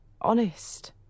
Honest